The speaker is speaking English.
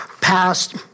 passed